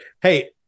Hey